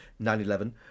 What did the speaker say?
9-11